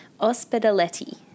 Ospedaletti